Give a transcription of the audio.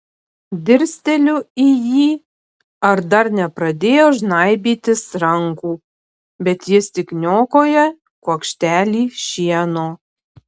dirsteliu į jį ar dar nepradėjo žnaibytis rankų bet jis tik niokoja kuokštelį šieno